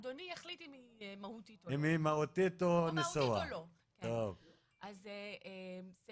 להיות שאדם או חברה עשתה איזה משהו ואף אחד לא יודע והיא ממשיכה